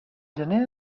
gener